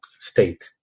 State